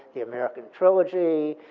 the american trilogy,